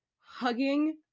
hugging